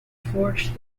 forged